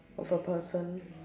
of a person